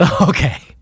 Okay